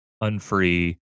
unfree